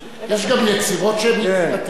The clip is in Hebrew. כן, והכול ברמה של יצירה.